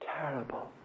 terrible